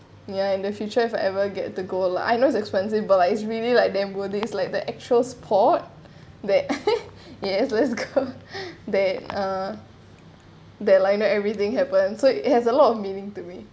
ya in the future if I ever get to go lah I know it's expensive but like it's really like damn worth it like the actual sport that yes let's go then uh they like not everything happens so it has a lot of meaning to me